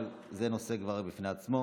אבל זה כבר נושא בפני עצמו.